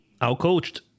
Outcoached